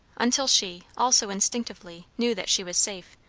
until she, also instinctively, knew that she was safe,